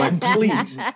please